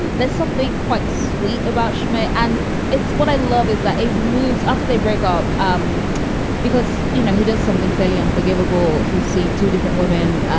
and there's something quite sweet about schmidt. and it's what i love is that a moves after they break up, um because, you know, he does something fairly unforgivable. he's seen two different women,